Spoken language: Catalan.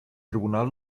tribunal